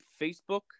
Facebook